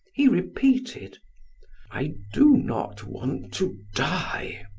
he repeated i do not want to die!